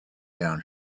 down